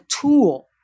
tool